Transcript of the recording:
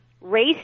Race